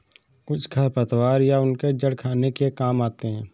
कुछ खरपतवार या उनके जड़ खाने के काम आते हैं